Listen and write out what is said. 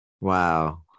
Wow